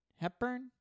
Hepburn